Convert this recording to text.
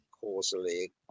causally